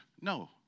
No